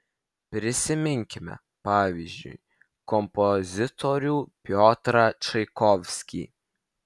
prisiminkime pavyzdžiui kompozitorių piotrą čaikovskį